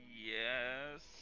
yes